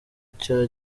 cya